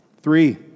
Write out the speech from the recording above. Three